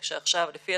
למעונות.